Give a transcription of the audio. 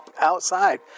outside